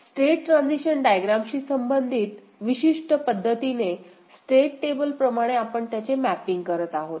state transition डायग्रामशी संबंधित विशिष्ट पद्धतीने स्टेट टेबल प्रमाणे आपण त्याचे मॅपिंग करत आहोत